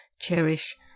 Cherish